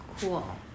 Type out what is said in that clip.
Cool